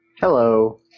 Hello